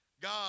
God